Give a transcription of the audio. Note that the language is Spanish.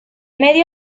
medio